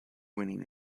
winning